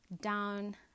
down